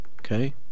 okay